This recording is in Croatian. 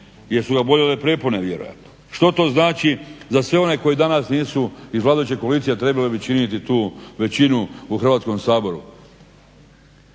jer su ga boljele prepone vjerojatno. Što to znači za sve one koji danas nisu iz vladajuće koalicije, a trebali bi činiti tu većinu u Hrvatskom saboru?